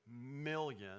million